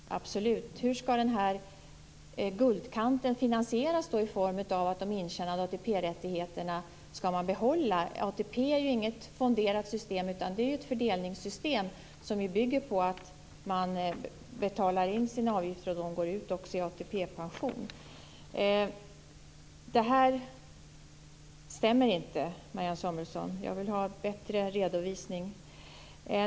Fru talman! Jag känner mig inte alls lugnad av Marianne Samuelssons svar. Det saknas någonting där, absolut. Hur skall den här guldkanten finansieras i form av att man skall behålla de intjänade ATP rättigheterna? ATP är inget fonderat system utan ett fördelningssystem som ju bygger på att man betalar in sina avgifter som går ut i ATP-pension. Det här stämmer inte, Marianne Samuelsson. Jag vill ha en bättre redovisning.